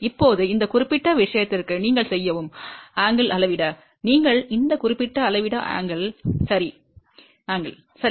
இப்போது இந்த குறிப்பிட்ட விஷயத்திற்கு நீங்கள் செய்யும் கோணத்தை அளவிட நீங்கள் இந்த குறிப்பிட்ட அளவிட கோணம் சரி